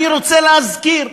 אני רוצה להזכיר,